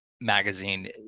magazine